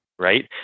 right